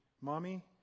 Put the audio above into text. Mommy